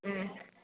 ம்